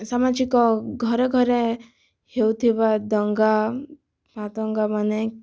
ସାମାଜିକ ଘରେଘରେ ହେଉଥିବା ଦଙ୍ଗା ଆଉ ଦଙ୍ଗା ମାନେ